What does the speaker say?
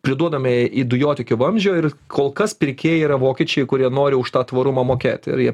priduodame į dujotiekio vamzdžio ir kol kas pirkėjai yra vokiečiai kurie nori už tą tvarumą mokėt ir jie